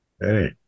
Hey